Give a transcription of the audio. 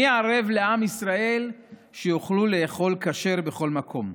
מי ערב לעם ישראל שיוכלו לאכול כשר בכל מקום?